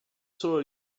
solo